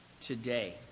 today